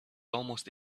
almost